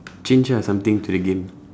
change ah something to the game